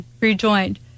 rejoined